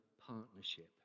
partnership